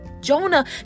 Jonah